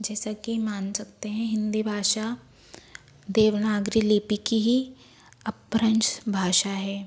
जैसा कि मान सकते हैं हिंदी भाषा देवनागरी लिपि की ही अपभ्रंश भाषा है